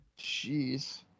Jeez